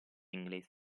inglese